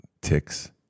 ticks